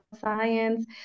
Science